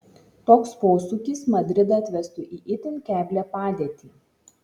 toks posūkis madridą atvestų į itin keblią padėtį